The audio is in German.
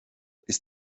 ist